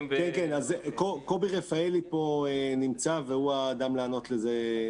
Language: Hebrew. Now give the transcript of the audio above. קובי רפאלי פה נמצא והוא האדם לענות לזה.